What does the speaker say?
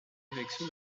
direction